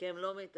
כי הם לא מתייגים,